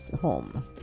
home